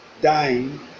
dying